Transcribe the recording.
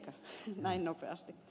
menikö näin nopeasti